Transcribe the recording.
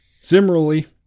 similarly